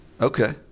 Okay